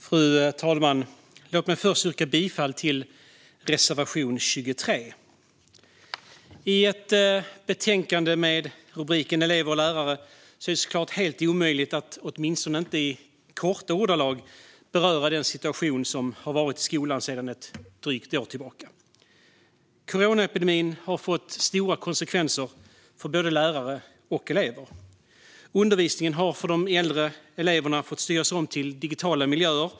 Fru talman! Låt mig först yrka bifall till reservation 23. I ett betänkande med rubriken Lärare och elever är det såklart helt omöjligt att åtminstone inte i korta ordalag beröra den situation som har rått i skolan sedan drygt ett år tillbaka. Coronaepidemin har fått stora konsekvenser för både lärare och elever. Undervisningen har för de äldre eleverna fått styras om till digitala miljöer.